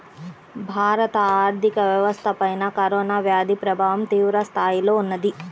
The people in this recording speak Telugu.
భారత ఆర్థిక వ్యవస్థపైన కరోనా వ్యాధి ప్రభావం తీవ్రస్థాయిలో ఉన్నది